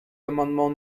l’amendement